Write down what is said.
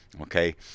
Okay